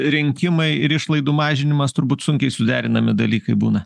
rinkimai ir išlaidų mažinimas turbūt sunkiai suderinami dalykai būna